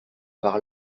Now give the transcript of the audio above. par